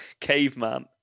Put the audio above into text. caveman